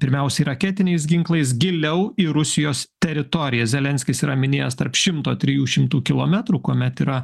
pirmiausiai raketiniais ginklais giliau į rusijos teritoriją zelenskis yra minėjęs tarp šimto trijų šimtų kilometrų kuomet yra